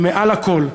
מעל הכול,